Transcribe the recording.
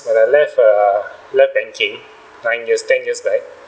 when I left err left banking nine years ten years back